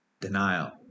Denial